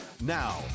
Now